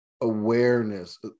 awareness